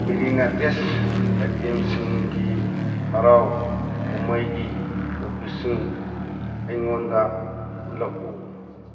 ꯃꯦꯔꯤꯅꯥꯇꯤꯁ ꯑꯥꯏꯇꯦꯝꯁꯤꯡꯒꯤ ꯍꯔꯥꯎ ꯀꯨꯝꯍꯩꯒꯤ ꯑꯣꯐꯔꯁꯤꯡ ꯑꯩꯉꯣꯟꯗ ꯎꯠꯂꯛꯎ